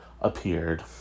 appeared